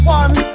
one